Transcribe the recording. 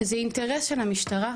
זה אינטרס של המשטרה,